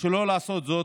שלא לעשות זאת,